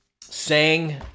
sang